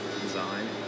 design